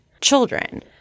children